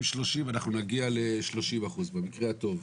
אנחנו נגיע ל-30%, במקרה הטוב,